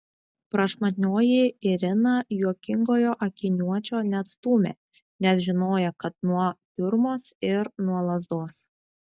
prašmatnioji irina juokingojo akiniuočio neatstūmė nes žinojo kad nuo tiurmos ir nuo lazdos